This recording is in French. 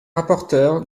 rapporteur